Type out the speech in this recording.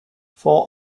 for